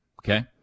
Okay